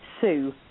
sue